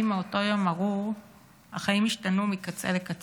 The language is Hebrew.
מאותו יום ארור החיים השתנו מקצה לקצה.